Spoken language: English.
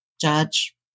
judge